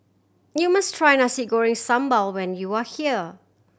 you must try Nasi Goreng Sambal when you are here